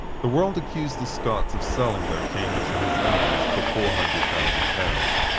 the world accused the scots of selling their king to his enemies for four hundred thousand pounds.